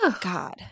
God